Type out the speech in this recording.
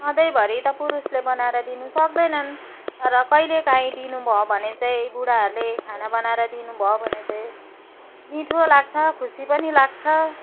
सधैँभरि त पुरुषले बनाएर दिन सक्दैनन् तर कहिलेकाहीँ दिनुभयो भने चाहिँ बुढाहरूले खाना बनाएर दिनुभयो भने चाहिँ मिठो लाग्छ खुसी पनि लाग्छ